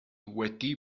wedi